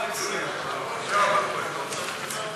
אנחנו נשמור על מסגרת הזמן.